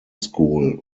school